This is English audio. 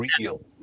real